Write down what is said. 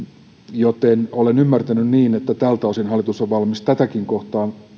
joten olen ymmärtänyt niin että tältä osin hallitus on valmis tätäkin kohtaa